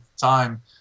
time